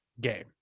game